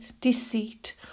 deceit